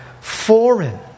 foreign